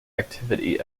activity